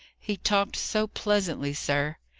he talked so pleasantly, sir.